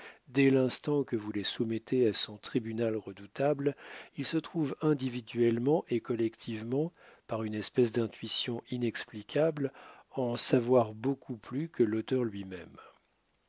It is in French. dès l'instant que vous les soumettez à son tribunal redoutable il se trouve individuellement et collectivement par une espèce d'intuition inexplicable en savoir beaucoup plus que l'auteur lui-même